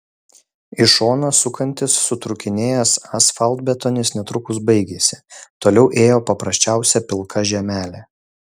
į šoną sukantis sutrūkinėjęs asfaltbetonis netrukus baigėsi toliau ėjo paprasčiausia pilka žemelė